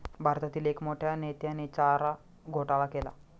भारतातील एक मोठ्या नेत्याने चारा घोटाळा केला